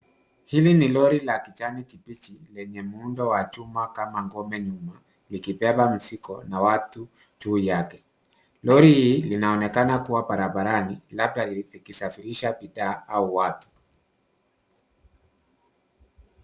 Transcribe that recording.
Hili ni lori la kijani kibichi lenye muundo wa chuma kama ngombe nyuma likibeba mizigo na watu juu yake. Lori hii linaonekana kuwa barabarani labda likisafirisha bidhaa au watu.